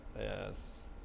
yes